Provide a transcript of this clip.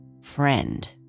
friend